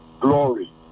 glory